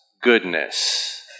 goodness